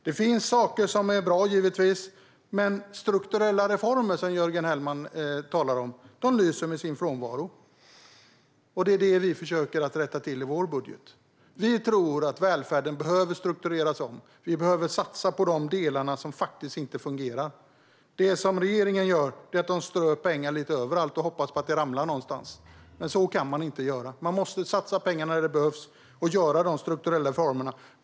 Det finns givetvis saker som är bra, men strukturella reformer, som Jörgen Hellman talar om, lyser med sin frånvaro. Det är detta vi försöker rätta till i vår budget. Vi tror att välfärden behöver struktureras om. Vi behöver satsa på de delar som faktiskt inte fungerar. Det som regeringen gör är att strö pengar lite överallt och hoppas att de ramlar någonstans. Men så kan man inte göra. Man måste satsa pengar när det behövs och göra strukturella reformer.